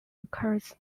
occurs